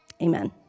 Amen